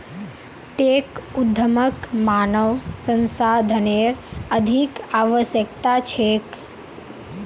tech उद्यमक मानव संसाधनेर अधिक आवश्यकता छेक